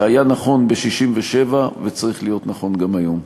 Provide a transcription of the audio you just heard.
שהיה נכון ב-1967 וצריך להיות נכון גם היום.